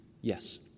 Yes